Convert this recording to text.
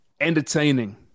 entertaining